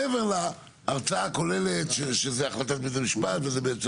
מעבר להרצאה הכוללת שזו החלטת בית המשפט, והכל.